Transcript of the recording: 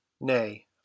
nay